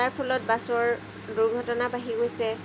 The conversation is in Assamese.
তাৰ ফলত বাছৰ দুৰ্ঘটনা বাঢ়ি গৈছে